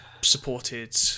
supported